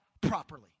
properly